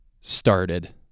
started